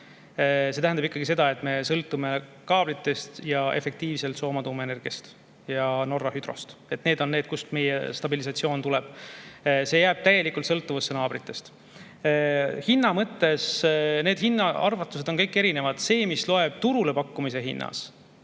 See tähendab ikkagi seda, et me sõltume kaablitest ja efektiivsest Soome tuumaenergiast ja Norra hüdro[energiast]. Need on need, kust meie stabilisatsioon tuleb. See jääb täielikult sõltuvusse naabritest. Hinna mõttes need arvutused on kõik erinevad. See, mis loeb turule pakkumise hinnas,